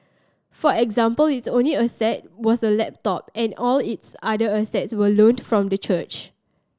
for example its only asset was a laptop and all its other assets were loaned from the church